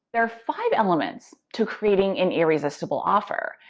there are five elements to creating an irresistible offer.